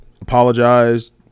Apologized